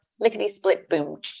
lickety-split-boom